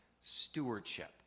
stewardship